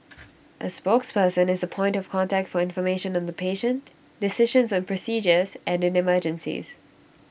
A spokesperson is the point of contact for information on the patient decisions on procedures and in emergencies